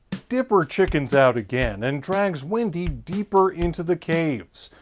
dipper chickens out again, and drags wendy deeper into the caves